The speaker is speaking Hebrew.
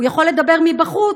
הוא יכול לדבר מבחוץ,